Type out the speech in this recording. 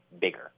bigger